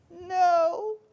No